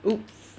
!oops!